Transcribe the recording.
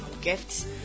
gifts